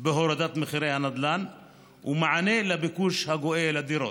בהורדת מחירי הנדל"ן ומענה לביקוש הגואה לדירות,